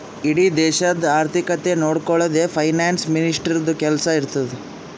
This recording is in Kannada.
ಇಡೀ ದೇಶದು ಆರ್ಥಿಕತೆ ನೊಡ್ಕೊಳದೆ ಫೈನಾನ್ಸ್ ಮಿನಿಸ್ಟರ್ದು ಕೆಲ್ಸಾ ಇರ್ತುದ್